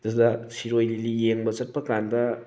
ꯑꯗꯨꯗ ꯁꯤꯔꯣꯏ ꯂꯤꯂꯤ ꯌꯦꯡꯕ ꯆꯠꯄ ꯀꯥꯟꯗ